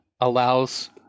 allows